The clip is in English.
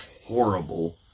horrible